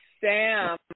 Sam